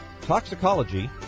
toxicology